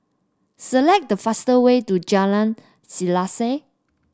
select the faster way to Jalan Selaseh